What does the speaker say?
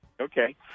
Okay